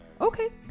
Okay